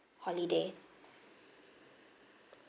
holiday